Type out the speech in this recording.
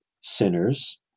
sinners